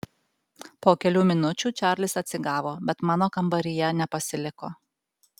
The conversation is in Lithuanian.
po kelių minučių čarlis atsigavo bet mano kambaryje nepasiliko